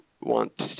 want